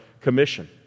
Commission